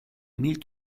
mille